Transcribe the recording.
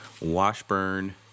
Washburn